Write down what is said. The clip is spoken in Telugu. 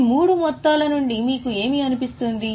ఈ మూడు మొత్తాల నుండి మీకు ఏమి అనిపిస్తుంది